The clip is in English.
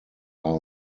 are